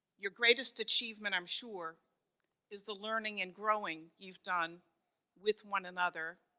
your greatest achievement, i'm sure is the learning and growing you've done with one another.